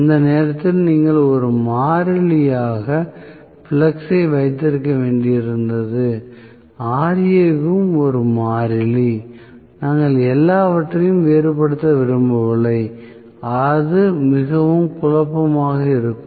அந்த நேரத்தில் நீங்கள் ஒரு மாறிலியாக ஃப்ளக்ஸ் ஐ வைத்திருக்க வேண்டியிருந்தது Ra வும் ஒரு மாறிலி நாங்கள் எல்லாவற்றையும் வேறுபடுத்த விரும்பவில்லை அது மிகவும் குழப்பமாக இருக்கும்